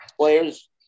players